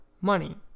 money